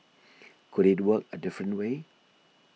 could it work a different way